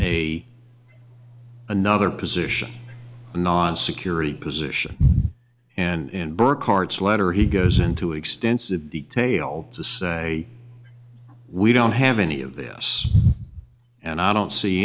a another position non security position and burkhardt's letter he goes into extensive detail to say we don't have any of this and i don't see